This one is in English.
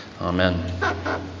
Amen